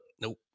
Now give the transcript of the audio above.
Nope